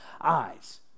eyes